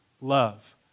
love